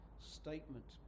statement